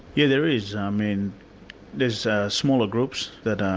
yeah there is. i mean there's smaller groups that